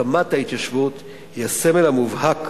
הקמת ההתיישבות היא הסמל המובהק